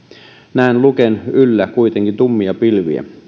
näen luken yllä kuitenkin tummia pilviä